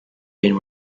been